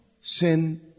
Sin